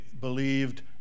believed